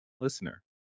listener